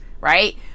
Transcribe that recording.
right